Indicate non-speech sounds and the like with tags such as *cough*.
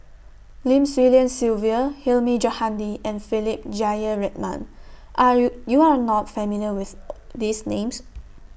Lim Swee Lian Sylvia Hilmi Johandi and Philip Jeyaretnam Are YOU YOU Are not familiar with *noise* These Names